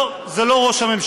לא, זה לא ראש הממשלה,